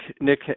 Nick